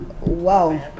Wow